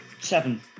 Seven